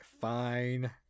fine